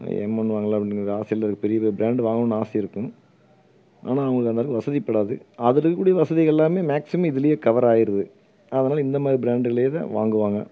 M one வாங்கலாம் அப்படிங்கிற cell பெரியது பிராண்டு வாங்கணுன்னு ஆசை இருக்கும் ஆனால் அவங்களுக்கு அந்த அளவுக்கு வசதிப்படாது அதில் இருக்கக்கூடிய வசதி எல்லாம் மேக்ஸிமம் இதுலேயே கவர் ஆயிடுது அதனால் இந்த மாதிரி பிராண்டில் தான் வாங்குவாங்க